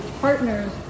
partners